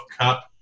Cup –